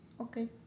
Okay